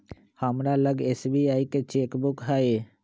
हमरा लग SBI bank के चेक बुक हइ